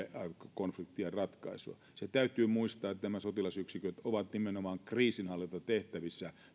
konfliktien ratkaisua se täytyy muistaa että nämä sotilasyksiköt ovat lähtökohtaisesti nimenomaan kriisinhallintatehtävissä